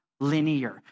Linear